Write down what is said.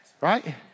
Right